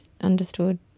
understood